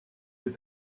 with